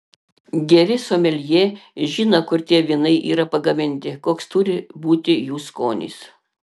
geri someljė žino kur tie vynai yra pagaminti koks turi būti jų skonis